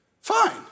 fine